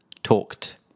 Talked